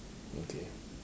okay